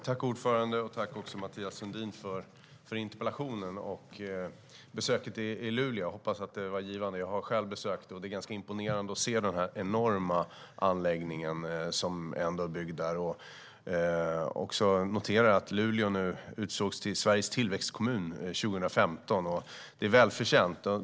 Herr talman! Tack, Mathias Sundin, för interpellationen och besöket i Luleå! Jag hoppas att det var givande. Jag har själv besökt den enorma anläggningen där. Det är ganska imponerande att se den. Jag noterar att Luleå nu utsågs till Sveriges tillväxtkommun 2015, och det är välförtjänt.